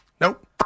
Nope